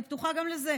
אני פתוחה גם לזה.